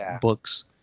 books